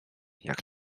jak